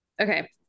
Okay